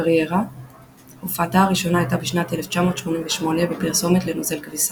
קריירה הופעתה הראשונה הייתה בשנת 1988 בפרסומת לנוזל כביסה.